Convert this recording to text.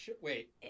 Wait